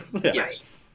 yes